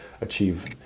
achieve